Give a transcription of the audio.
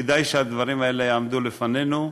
כדאי שהדברים האלה יעמדו לפנינו,